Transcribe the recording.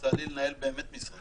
יצא לי לנהל באמת משרד.